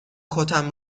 کتم